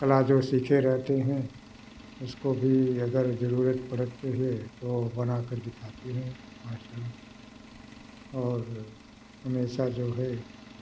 कला जो सीखे रहते हैं उसको भी अगर जरूरत पड़ती है तो बना कर दिखते हैं मास्टर और हमेशा जो है